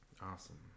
Awesome